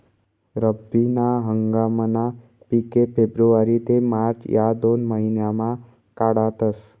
रब्बी ना हंगामना पिके फेब्रुवारी ते मार्च या दोन महिनामा काढातस